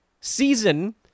season